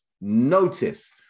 Notice